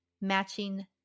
matching –